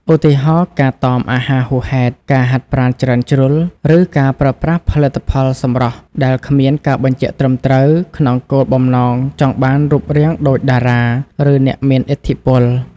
ឧទាហរណ៍ ការតមអាហារហួសហេតុ ការហាត់ប្រាណច្រើនជ្រុល ឬការប្រើប្រាស់ផលិតផលសម្រស់ដែលគ្មានការបញ្ជាក់ត្រឹមត្រូវ ក្នុងគោលបំណងចង់បានរូបរាងដូចតារា ឬអ្នកមានឥទ្ធិពល។